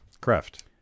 craft